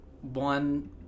one